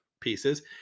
pieces